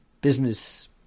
business